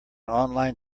online